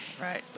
Right